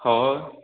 हय